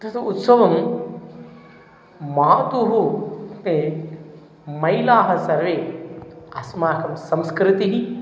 तत् उत्सवं मातुः कृते महिलाः सर्वे अस्माकं संस्कृतिः